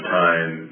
time